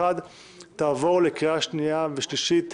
תעבור למליאת הכנסת לקריאה שנייה ושלישית,